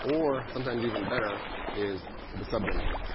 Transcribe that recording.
or sometimes even better is the subdomain.